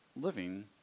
living